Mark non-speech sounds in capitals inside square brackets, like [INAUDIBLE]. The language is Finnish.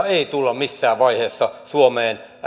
[UNINTELLIGIBLE] ei tulla missään vaiheessa suomeen